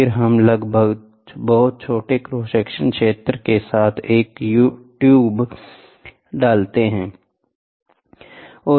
फिर हम लगभग बहुत छोटे क्रॉस सेक्शन क्षेत्र के साथ एक ट्यूब डालते हैं